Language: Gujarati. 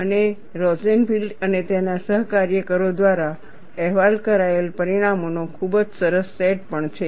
અને રોસેનફિલ્ડ અને તેના સહકાર્યકરો દ્વારા અહેવાલ કરાયેલ પરિણામોનો ખૂબ સરસ સેટ પણ છે